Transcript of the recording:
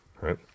Right